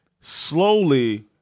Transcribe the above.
slowly